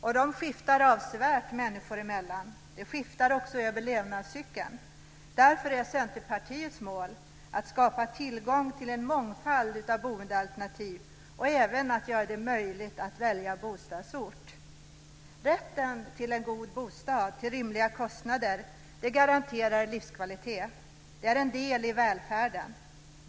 De skiftar avsevärt människor emellan. De skiftar också över levnadscykeln. Därför är Centerpartiets mål att skapa tillgång till en mångfald av boendealternativ och även att göra det möjligt att välja bostadsort. Rätten till en god bostad till rimliga kostnader garanterar livskvalitet. Det är en del i välfärden.